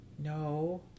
No